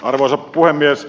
arvoisa puhemies